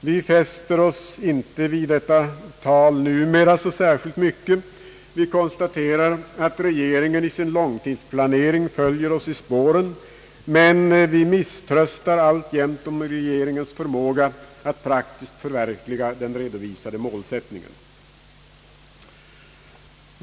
Vi fäster oss numera inte så särskilt mycket vid detta tal. Vi accepterar att regeringen i sin långtidsplanering följer oss i spåren, men vi misströstar alltjämt om regeringens förmåga att praktiskt förverkliga den redovisade målsättningen.